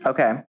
Okay